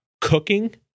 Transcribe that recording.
cooking